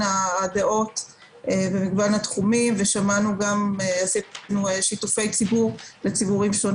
הדעות במגוון התחומים ועשינו שיתופים לציבור הרחב.